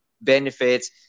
benefits